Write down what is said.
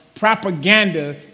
propaganda